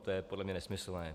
To je podle mě nesmyslné.